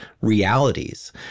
realities